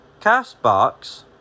CastBox